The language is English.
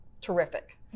terrific